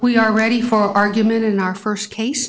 we are ready for argument in our first case